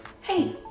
Hey